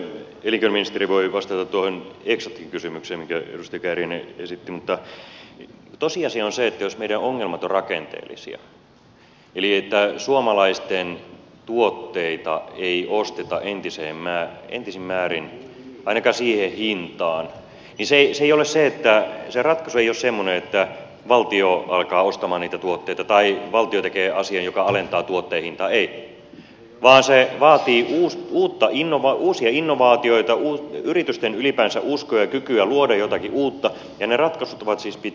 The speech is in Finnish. ehkä elinkeinoministeri voi vastata tuohon eksaktiin kysymykseen minkä edustaja kääriäinen esitti mutta tosiasia on se että jos meidän ongelmat ovat rakenteellisia eli suomalaisten tuotteita ei osteta entisin määrin ainakaan siihen hintaan niin se ratkaisu ei ole semmoinen että valtio alkaa ostamaan niitä tuotteita tai valtio tekee asian joka alentaa tuotteen hintaa ei vaan se vaatii uusia innovaatioita ylipäänsä yritysten uskoa ja kykyä luoda jotakin uutta ja ne ratkaisut ovat siis pitkäjänteisiä